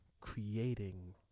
creating